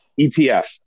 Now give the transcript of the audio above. ETF